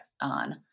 on